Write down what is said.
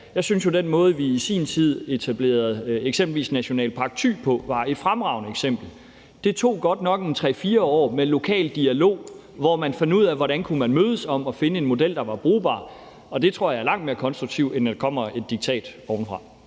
Jeg synes jo, at den måde, vi i sin tid etablerede eksempelvis Nationalpark Thy på, var et fremragende eksempel. Det tog 3-4 år med lokal dialog, hvor man fandt ud af, hvordan man kunne mødes og finde en model, der var brugbar, og det tror jeg er langt mere konstruktivt, end når der kommer et diktat ovenfra.